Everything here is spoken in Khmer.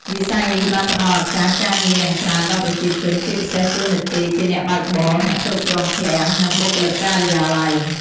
វិស័យនេះបានផ្តល់ឱកាសការងារយ៉ាងច្រើនដល់ប្រជាជន ជាពិសេសតួនាទីជាអ្នកបើកបរ អ្នកគ្រប់គ្រងឃ្លាំង និងបុគ្គលិកការិយាល័យ។